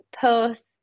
posts